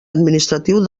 administratiu